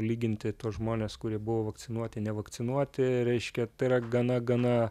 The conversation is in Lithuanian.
lyginti tuos žmones kurie buvo vakcinuoti nevakcinuoti reiškia tai yra gana gana